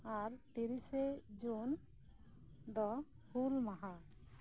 ᱟᱨ ᱛᱤᱨᱤᱥᱮ ᱡᱩᱱ ᱫᱚ ᱦᱩᱞᱢᱟᱦᱟ